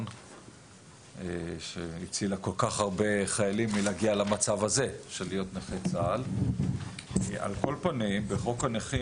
השעה 12:05. אנחנו דנים בהצעת חוק הנכים